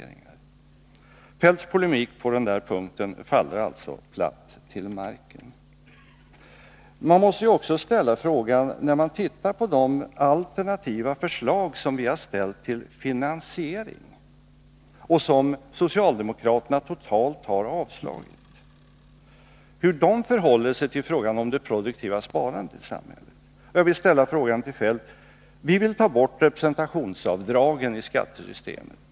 Kjell-Olof Feldts polemik på den punkten faller alltså platt till 15 december 1982 När man tittar på de alternativa förslag till finansiering som vi har ställt och som socialdemokraterna totalt har avslagit måste man fråga hur de förhåller sig till det produktiva sparandet i samhället. Vi vill, Kjell-Olof Feldt, ta bort representationsavdragen i skattesystemet.